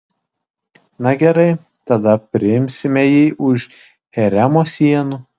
na gerai tada priimsime jį už haremo sienų